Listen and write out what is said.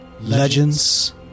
Legends